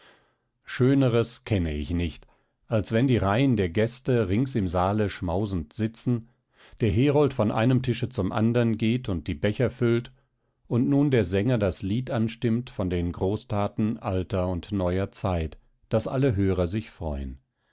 schöneres kenne ich nicht als wenn die reihen der gäste rings im saale schmausend sitzen der herold von einem tische zum andern geht und die becher füllt und nun der sänger das lied anstimmt von den großthaten alter und neuer zeit daß alle hörer sich freuen